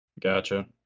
Gotcha